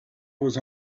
was